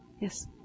Yes